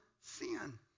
sin